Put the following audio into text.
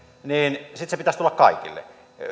että sitten sen pitäisi tulla kaikille